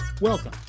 Welcome